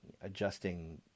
adjusting